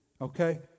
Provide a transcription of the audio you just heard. okay